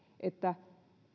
että